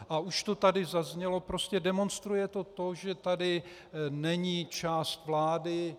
A už to tady zaznělo, prostě demonstruje to to, že tady není část vlády.